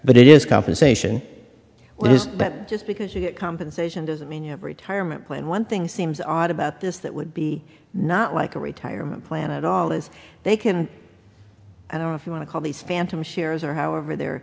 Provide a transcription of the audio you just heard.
but it is compensation which is that just because you get compensation doesn't mean you have a retirement plan one thing seems odd about this that would be not like a retirement plan at all if they can i don't know if you want to call these phantom shares or however the